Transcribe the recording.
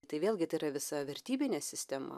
tai vėlgi tai yra visa vertybinė sistema